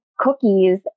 cookies